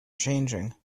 changing